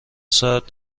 ساعت